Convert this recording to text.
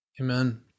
Amen